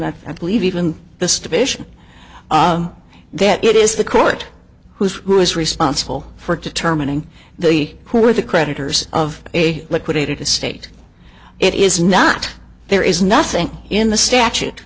that i believe even the station that it is the court whose who is responsible for determining the who are the creditors of a liquidated the state it is not there is nothing in the statute